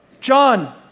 John